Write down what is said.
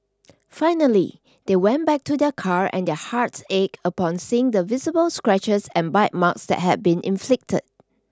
finally they went back to their car and their hearts ached upon seeing the visible scratches and bite marks that had been inflicted